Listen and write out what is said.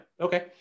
Okay